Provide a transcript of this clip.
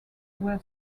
where